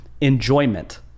enjoyment